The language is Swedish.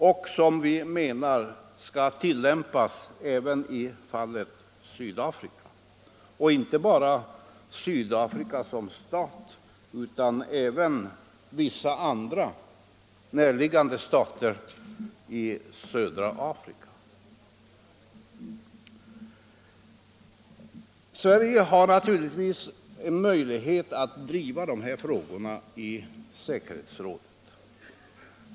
Den ordningen menar vi skall tillämpas även i fallet Sydafrika, och inte bara när det gäller Sydafrika utan även när det gäller vissa andra, näraliggande stater i södra Afrika. Sverige har naturligtvis möjlighet att driva de här frågorna i FN:s säkerhetsråd.